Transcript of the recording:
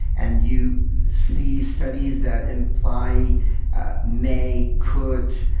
and you see studies that imply may, could,